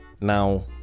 Now